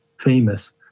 famous